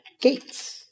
Gates